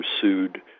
pursued